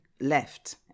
left